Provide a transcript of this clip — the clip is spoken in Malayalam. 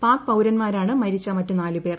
പാക് പൌരൻമാരാണ് മരിച്ച മറ്റ് നാല് പേർ